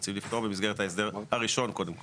רוצים לפתור במסגרת ההסדר הראשון קודם כל?